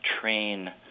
train